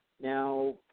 Now